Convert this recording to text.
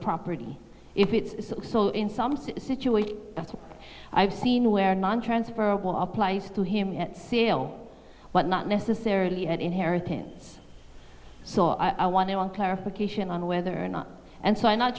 property if it so so in some situation that's what i've seen where nontransferable applies to him it sail but not necessarily an inheritance so i wanted one clarification on whether or not and so i'm not